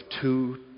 two